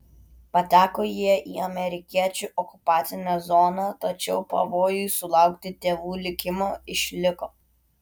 pateko jie į amerikiečių okupacinę zoną tačiau pavojus sulaukti tėvų likimo išliko